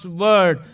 word